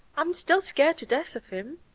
i'm still scared to death of him,